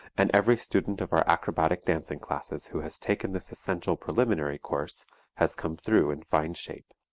and every student of our acrobatic dancing classes who has taken this essential preliminary course has come through in fine shape.